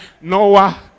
Noah